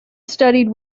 studied